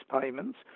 payments